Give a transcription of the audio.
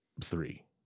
three